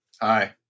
Hi